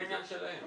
זה עניין שלהם.